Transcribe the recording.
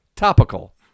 Topical